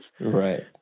Right